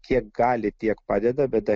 kiek gali tiek padeda bet